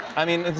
i mean,